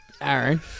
Aaron